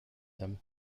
them